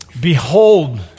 Behold